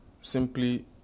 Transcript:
simply